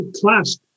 class